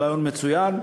זה רעיון מצוין.